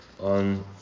on